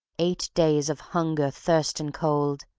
eight days of hunger, thirst and cold,